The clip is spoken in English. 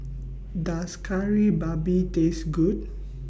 Does Kari Babi Taste Good